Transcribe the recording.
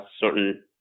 certain